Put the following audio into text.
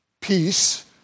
peace